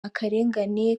akarengane